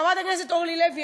חברת הכנסת אורלי לוי,